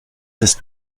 ist